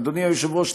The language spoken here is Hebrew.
אדוני היושב-ראש,